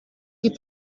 die